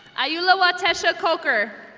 ayula watashacoker.